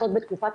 המצב של הקורונה